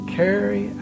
carry